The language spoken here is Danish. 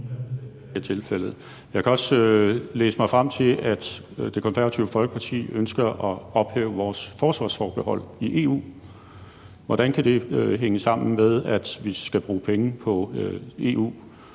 Jeg kan også læse mig frem til, at Det Konservative Folkeparti ønsker at ophæve vores forsvarsforbehold i EU. Hvordan kan det hænge sammen med, at vi skal bruge penge på EU